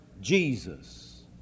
Jesus